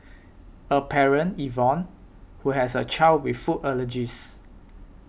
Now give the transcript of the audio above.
a parent Yvonne who has a child with food allergies